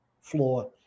floor